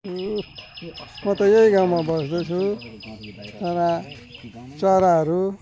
म त यही गाउँमा बस्दछु चरा चराहरू